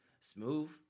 smooth